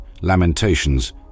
lamentations